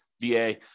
VA